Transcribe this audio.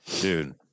dude